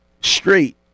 Straight